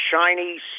shiny